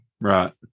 right